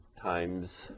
times